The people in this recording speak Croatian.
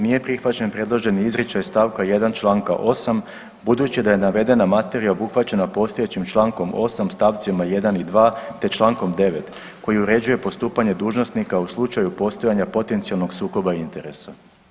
Nije prihvaćen predloženi izričaj stavka 1. Članka 8. budući da je navedena materija obuhvaćena postojećim Člankom 8. stavcima 1. i 2. te Člankom 9. koji uređuje postupanje dužnosnika u slučaju postojanja potencijalnog sukoba interesa.